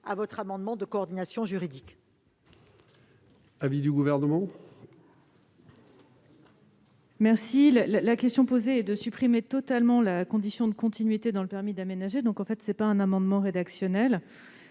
présent amendement de coordination juridique.